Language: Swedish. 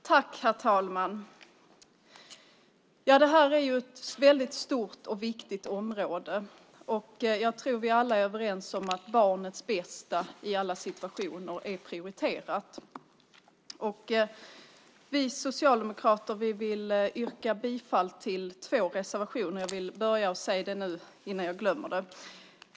Herr talman! Det här är ett väldigt stort och viktigt område. Jag tror att vi alla är överens om att barnets bästa i alla situationer är prioriterat. Vi socialdemokrater vill yrka bifall till två reservationer. Jag vill säga det nu innan jag glömmer det.